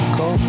go